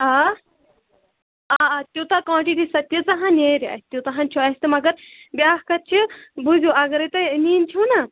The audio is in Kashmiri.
آ آ آ تیوٗتاہ کانٹِٹی سہ تیٖژاہَن نیرِ اَسہِ تیوٗتاہَن چھُ اَسہِ تہٕ مگر بیٛاکھ کَتھ چھِ بوٗزِو اگرَے تُہۍ نِنۍ چھُو نا